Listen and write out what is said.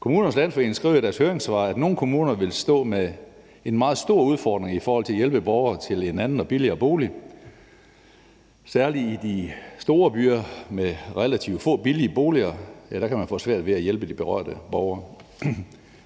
Kommunernes Landsforening skriver i deres høringssvar, at nogle kommuner vil stå med en meget stor udfordring i forhold til at hjælpe borgere til en anden og billigere bolig. Særlig i de store byer med relativt få billige boliger kan man få svært ved at hjælpe de berørte borgere.